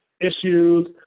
issues